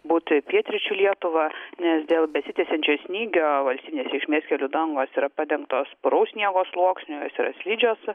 būti pietryčių lietuvą nes dėl besitęsiančio snygio valstybinės reikšmės kelių dangos yra padengtos puraus sniego sluoksniu jos yra slidžios